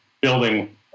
building